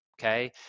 okay